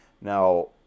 Now